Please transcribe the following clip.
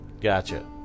gotcha